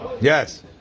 Yes